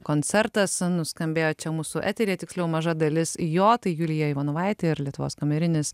koncertas nuskambėjo čia mūsų eteryje tiksliau maža dalis jo tai julija ivanovaitė ir lietuvos kamerinis